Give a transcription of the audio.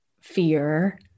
fear